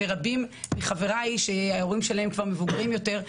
ורבים מחבריי שההורים שלהם כבר מבוגרים יותר,